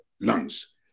lungs